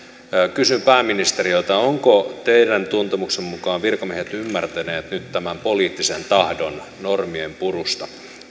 kysyn pääministeriltä ovatko teidän tuntemuksenne mukaan virkamiehet ymmärtäneet nyt tämän poliittisen tahdon normien purusta